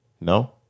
No